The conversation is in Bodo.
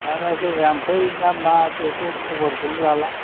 दानासो जामफै ना मा बेखौ खबरखौनो लाला